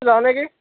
যাওঁ নেকি